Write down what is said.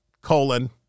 colon